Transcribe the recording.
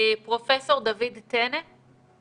פרופ' דוד טנה.